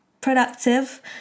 productive